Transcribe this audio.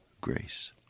grace